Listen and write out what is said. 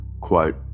quote